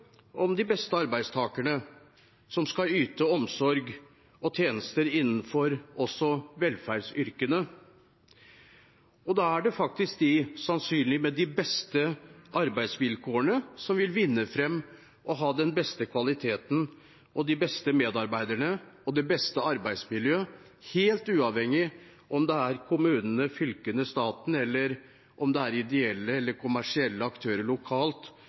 om de beste arbeidstakerne som skal yte omsorg og tjenester innenfor velferdsyrkene. Da er det sannsynligvis de med de beste arbeidsvilkårene som vil vinne fram og ha den beste kvaliteten, de beste medarbeiderne og det beste arbeidsmiljøet, helt uavhengig av om det er kommunene, fylkene, staten eller ideelle eller kommersielle aktører lokalt